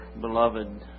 beloved